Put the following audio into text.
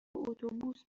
اتوبوس